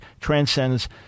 transcends